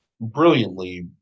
brilliantly